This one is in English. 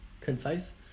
Concise